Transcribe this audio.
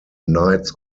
knights